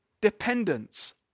dependence